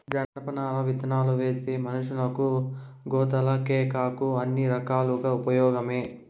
జనపనార విత్తనాలువేస్తే మనషులకు, గోతాలకేకాక అన్ని రకాలుగా ఉపయోగమే